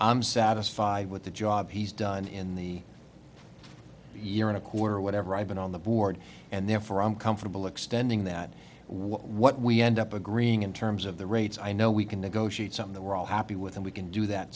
i'm satisfied with the job he's done in the you're in a coup or whatever i've been on the board and therefore i'm comfortable extending that what we end up agreeing in terms of the rates i know we can negotiate some that we're all happy with and we can do that